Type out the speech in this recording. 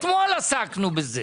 אתמול עסקנו בזה.